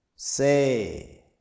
Say